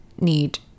need